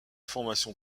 formation